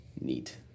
Neat